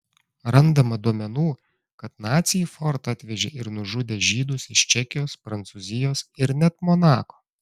randama duomenų kad naciai į fortą atvežė ir nužudė žydus iš čekijos prancūzijos ir net monako